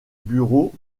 bureau